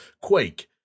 Quake